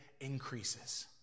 increases